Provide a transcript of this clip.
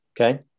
Okay